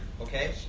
okay